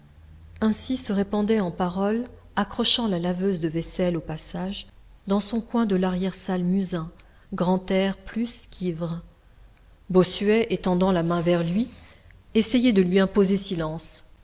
ainsi se répandait en paroles accrochant la laveuse de vaisselle au passage dans son coin de larrière salle musain grantaire plus qu'ivre bossuet étendant la main vers lui essayait de lui imposer silence